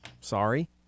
Sorry